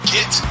Get